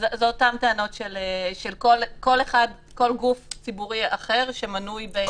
אלה אותן טענות של כל גוף ציבורי אחר שמנוי שם.